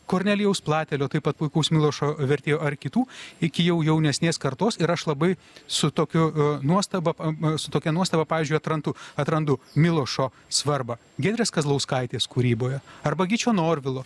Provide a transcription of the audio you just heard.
kornelijaus platelio taip pat puikaus milošo vertėjo ar kitų iki jau jaunesnės kartos ir aš labai su tokiu nuostaba su tokia nuostaba pavyzdžiui atrandu atrandu milošo svarbą giedrės kazlauskaitės kūryboje arba gyčio norvilo